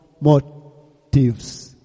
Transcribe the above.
motives